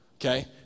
okay